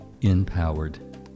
empowered